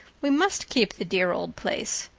we must keep the dear old place.